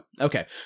Okay